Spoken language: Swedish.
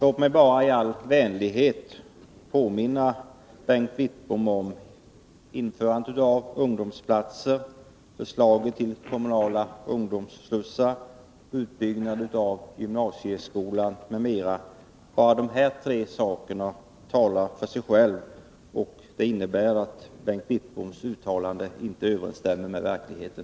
Låt mig bara i all vänlighet påminna Bengt Wittbom om införandet av ungdomsplatser, förslaget om kommunala ungdomsslussar och utbyggnaden av gymnasieskolan, för att bara nämnda några insatser. Dessa tre saker talar för sig själva. Bengt Wittboms uttalande överensstämmer alltså inte med verkligheten.